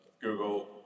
Google